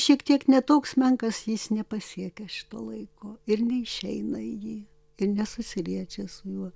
šiek tiek ne toks menkas jis nepasiekia šito laiko ir neišeina į jį ir nesusiliečia su juo